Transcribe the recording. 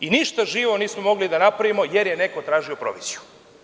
I ništa živo nismo mogli da napravimo zato jer je neko tražio proviziju.